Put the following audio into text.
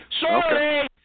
Sorry